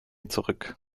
zurück